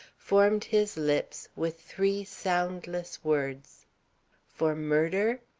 formed his lips with three soundless words for murder?